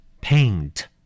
Paint